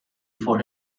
for